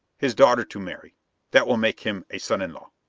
his daughter to marry that will make him a son-in-law.